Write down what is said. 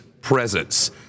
presence